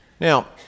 Now